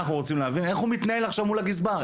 איך הוא מתנהל מול הגזבר?